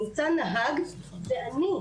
נמצא נהג ואני,